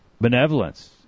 Benevolence